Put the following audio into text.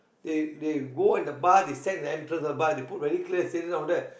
they they go on the bus they stand at the entrance of the bus they put very clear stated down there